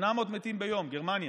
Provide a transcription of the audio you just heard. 800 מתים ביום בגרמניה.